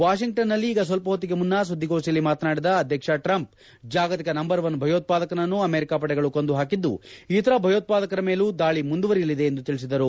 ವಾಷಿಂಗ್ಟನ್ನಲ್ಲಿ ಈಗ ಸ್ವಲ್ಪ ಹೊತ್ತಿಗೆ ಮುನ್ನ ಸುದ್ದಿಗೋಷ್ಠಿಯಲ್ಲಿ ಮಾತನಾಡಿದ ಅಧ್ಯಕ್ಷ ಟ್ರಂಪ್ ಜಾಗತಿಕ ನಂಬರ್ ಒನ್ ಭಯೋತ್ವಾದಕನನ್ನು ಅಮೆರಿಕ ಪಡೆಗಳು ಕೊಂದು ಹಾಕಿದ್ದು ಇತರ ಭಯೋತ್ವಾದಕರ ಮೇಲೂ ದಾಳಿ ಮುಂದುವರೆಯಲಿದೆ ಎಂದು ತಿಳಿಸಿದರು